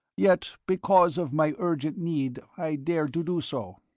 yet because of my urgent need i dare to do so.